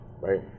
Right